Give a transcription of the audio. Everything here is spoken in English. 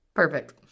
Perfect